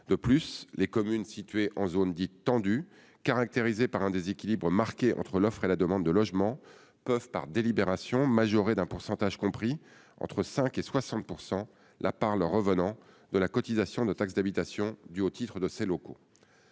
De plus, les communes situées en zones dites « tendues », caractérisées par un déséquilibre marqué entre l'offre et la demande de logements, peuvent, par délibération, majorer d'un pourcentage compris entre 5 % et 60 % la part de la cotisation de taxe d'habitation due au titre de ces locaux